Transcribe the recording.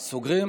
סוגרים,